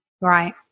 Right